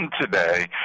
today